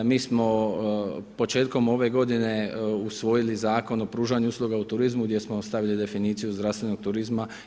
Mi smo početkom ove godine usvojili Zakon o pružanju usluga u turizmu gdje smo stavili definiciju zdravstvenog turizma.